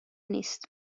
نیست